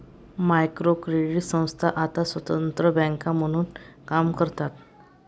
micro credit संस्था आता स्वतंत्र बँका म्हणून काम करतात